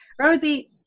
Rosie